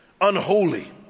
unholy